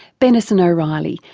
benison o'reilly,